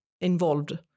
involved